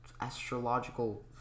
Astrological